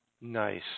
Nice